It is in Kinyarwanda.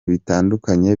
bitandukanye